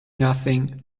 nothing